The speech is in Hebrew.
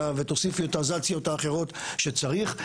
ותוסיפי את הזאציות האחרות שצריך,